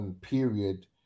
period